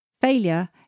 Failure